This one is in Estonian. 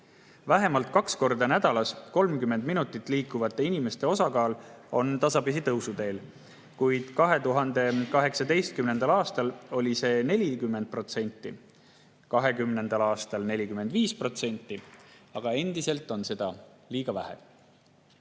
Vähemalt kaks korda nädalas 30 minutit liikuvate inimeste osakaal on tasapisi tõusuteel. 2018. aastal oli see 40% ja 2020. aastal 45%, aga endiselt on seda liiga vähe.